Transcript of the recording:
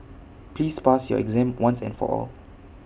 please pass your exam once and for all